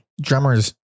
drummers